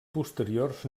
posteriors